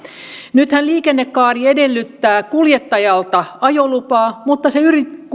nythän liikennekaari edellyttää kuljettajalta ajolupaa mutta se